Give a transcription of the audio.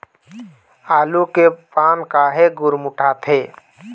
आलू के पान काहे गुरमुटाथे?